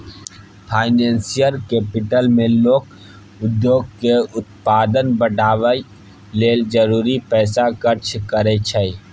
financial capital मे लोक उद्योग के उत्पादन बढ़ाबय लेल जरूरी पैसा खर्च करइ छै